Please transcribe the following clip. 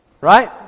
right